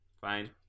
fine